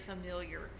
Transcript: familiar